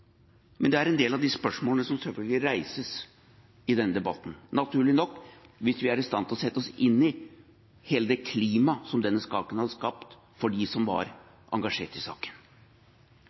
men det er en del av de spørsmålene som selvfølgelig reises i denne debatten, naturlig nok, hvis vi er i stand til å sette oss inn i hele det klimaet som denne saken har skapt for dem som var engasjert i saken.